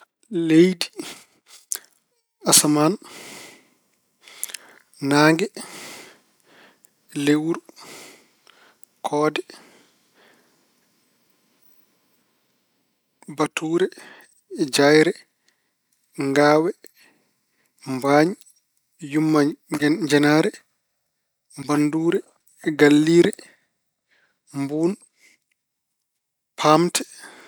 Leydi, asaman, naange, lewru, koode, batuure, jayre, ngaawe, mbaañ, yuma njenaare, bannduure, galliire, mbuun, paamte.